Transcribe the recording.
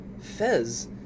Fez